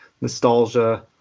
nostalgia